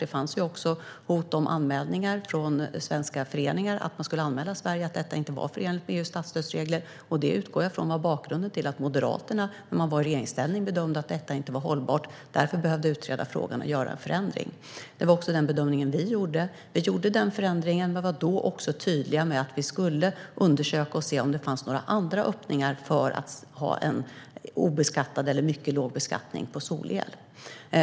Det fanns ju också hot om anmälningar från svenska föreningar; man skulle anmäla Sverige för att detta inte var förenligt med EU:s statsstödsregler. Jag utgår från att det var bakgrunden till att Moderaterna i regeringsställning bedömde att detta inte var hållbart och att man därför behövde utreda frågan och göra en förändring. Det var också den bedömningen vi gjorde. Vi gjorde den förändringen, men var då också tydliga med att vi skulle undersöka och se om det fanns några andra öppningar för att ha en obeskattad eller mycket låg beskattning på solel.